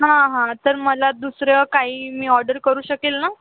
हां हां तर मला दुसरं काही मी ऑर्डर करू शकेल ना